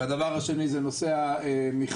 והדבר השני זה נושא המכרזים.